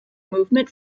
movement